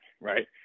right